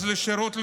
לשירות לאומי.